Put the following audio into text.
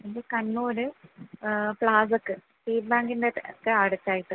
ഇത് കണ്ണൂര് പ്ലാസക്ക് സ്റ്റേറ്റ് ബാങ്കിൻ്റെ ഒക്കെ അടുത്തായിട്ട്